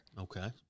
Okay